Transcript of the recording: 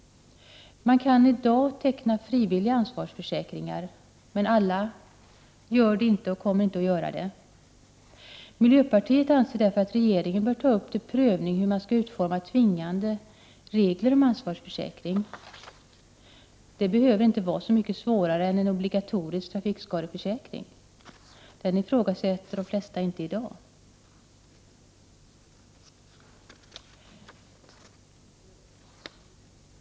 Man kan i dag teckna frivilliga ansvarsförsäkringar, men alla gör det inte och kommer inte att göra det. Miljöpartiet anser därför att regeringen bör ta upp till prövning hur man skall utforma tvingande regler om ansvarsförsäkring. Det behöver inte vara så mycket svårare än en obligatorisk trafikskadeförsäkring. Den ifrågasätter de flesta inte i dag.